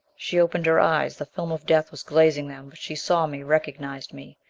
she opened her eyes. the film of death was glazing them. but she saw me, recognized me.